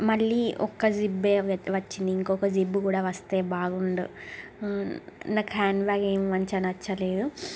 మళ్ళీ ఒక్క జిప్పే వచ్చింది ఇంకోక జిప్పు కూడా వస్తే బాగుండు నాకు హ్యాండ్బ్యాగ్ ఏం మంచిగ నచ్చలేదు